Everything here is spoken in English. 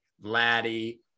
Laddie